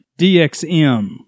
DXM